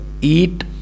eat